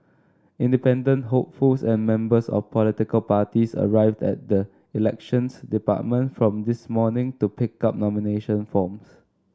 independent hopefuls and members of political parties arrived at the Elections Department from this morning to pick up nomination forms